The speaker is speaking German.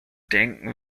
denken